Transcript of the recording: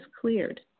cleared